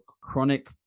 chronic